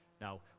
Now